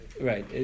Right